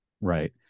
Right